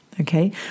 Okay